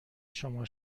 شما